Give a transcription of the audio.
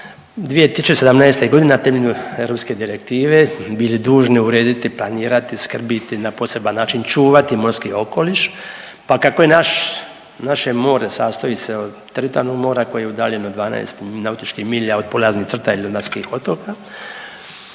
2017.g. na temelju europske direktive bili dužni urediti, planirati, skrbiti i na poseban način čuvati morski okoliš, pa kako je naš, naše more sastoji se od teritorijalnog mora koje je udaljeno 12 nautičkih milja od polaznih crta ili